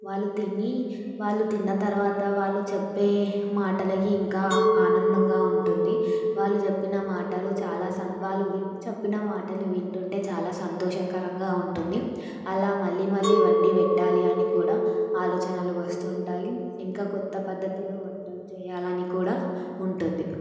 వాళ్ళు తిని వాళ్ళు తిన్న తర్వాత వాళ్లు చెప్పే మాటలకి ఇంకా ఆనందంగా ఉంటుంది వాళ్ళు చెప్పిన మాటలు చాలా వాళ్ళు చెప్పిన మాటలు వింటుంటే చాలా సంతోషకరంగా ఉంటుంది అలా మళ్ళీ మళ్ళీ వండి పెట్టాలి అని కూడా ఆలోచనలు వస్తూ ఉంటాయి ఇంకా కొత్త పధ్ధతిలో వంటలు చెయ్యాలని కూడా ఉంటుంది